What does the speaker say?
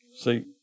See